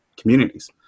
communities